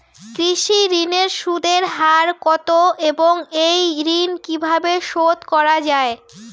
কৃষি ঋণের সুদের হার কত এবং এই ঋণ কীভাবে শোধ করা য়ায়?